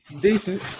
decent